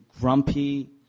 grumpy